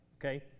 okay